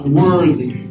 worthy